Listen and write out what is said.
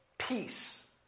Peace